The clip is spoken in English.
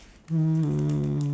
mm